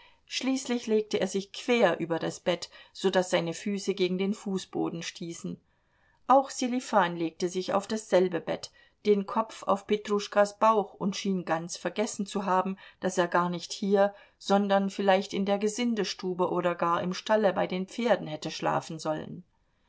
schließlich legte er sich quer über das bett so daß seine füße gegen den fußboden stießen auch sselifan legte sich auf dasselbe bett den kopf auf petruschkas bauch und schien ganz vergessen zu haben daß er gar nicht hier sondern vielleicht in der gesindestube oder gar im stalle bei den pferden hätte schlafen sollen